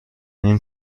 این